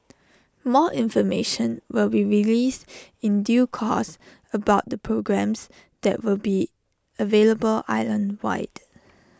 more information will be released in due course about the programmes that will be available island wide